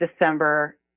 December